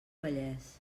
vallès